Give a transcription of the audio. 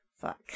fuck